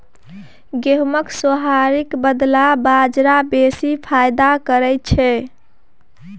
गहुमक सोहारीक बदला बजरा बेसी फायदा करय छै